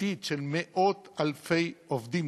העתידית של מאות-אלפי עובדים.